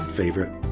favorite